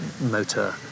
motor